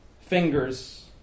fingers